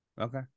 Okay